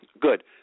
Good